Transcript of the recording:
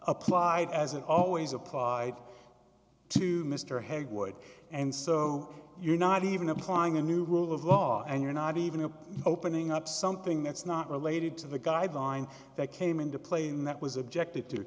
applied as it always applied to mr headway and so you're not even applying a new rule of law and you're not even up opening up something that's not related to the guideline that came into play and that was objected to